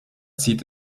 zieht